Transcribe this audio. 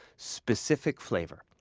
specific flavor.